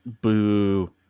Boo